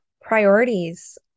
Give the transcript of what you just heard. priorities